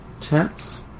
tense